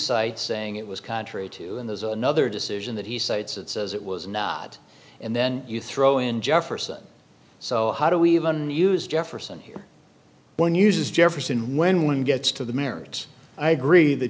cite saying it was contrary to and there's another decision that he cites that says it was not and then you throw in jefferson so how do we even use jefferson here one uses jefferson when one gets to the merits i agree that